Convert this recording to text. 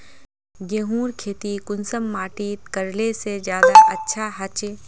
गेहूँर खेती कुंसम माटित करले से ज्यादा अच्छा हाचे?